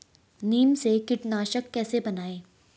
नीम से कीटनाशक कैसे बनाएं?